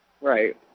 Right